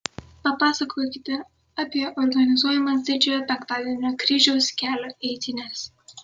papasakokite apie organizuojamas didžiojo penktadienio kryžiaus kelio eitynes